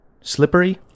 slippery